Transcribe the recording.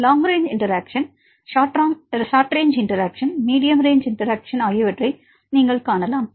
long range interaction short range interaction medium range interaction ஆகியவற்றை நீங்கள் காணலாம்